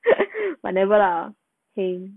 whatever lah !hey!